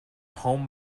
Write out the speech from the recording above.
home